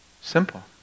Simple